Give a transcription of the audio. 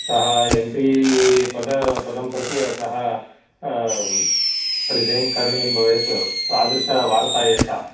सः M P पदपदं प्रति सः रिसैन् करणीयं भवेत् तादृशवार्ता एषा